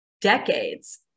decades